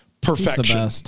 perfection